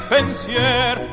Pensier